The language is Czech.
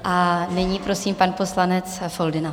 A nyní prosím pan poslanec Foldyna.